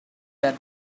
that